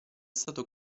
stato